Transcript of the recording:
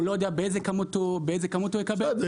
הוא לא יודע באיזה כמות הוא יקבל --- בסדר,